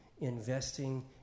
investing